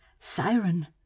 siren